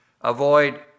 Avoid